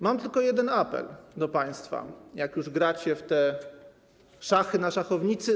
Mam tylko jeden apel do państwa, skoro już gracie w te szachy na szachownicy.